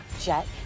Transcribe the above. jet